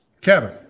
Kevin